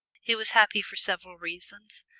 it was happy for several reasons,